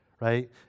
right